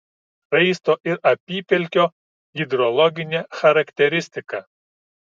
raisto ir apypelkio hidrologinė charakteristika